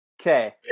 Okay